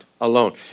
alone